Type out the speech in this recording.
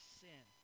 sin